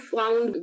found